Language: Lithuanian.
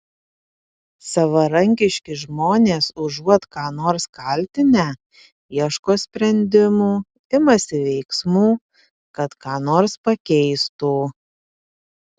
savarankiški žmonės užuot ką nors kaltinę ieško sprendimų imasi veiksmų kad ką nors pakeistų